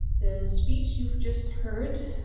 the speech you've just heard,